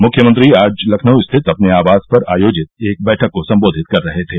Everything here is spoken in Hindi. मुख्यमंत्री आज लखनऊ स्थित अपने आवास पर आयोजित एक बैठक को सम्बोधित कर रहे थे